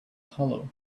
hollow